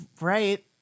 right